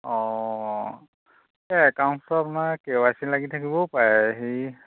অঁ এই একাউণ্টছটো আপোনাৰ কে ৱাই চি লাগি থাকিবও পাৰে হেৰি